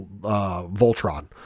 Voltron